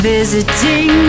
Visiting